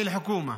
תודה.